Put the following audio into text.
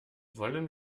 wollen